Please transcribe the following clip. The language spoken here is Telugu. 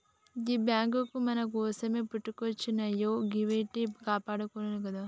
గీ బాంకులు మన కోసమే పుట్టుకొచ్జినయాయె గివ్విట్నీ కాపాడుకోవాలె గదా